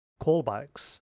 callbacks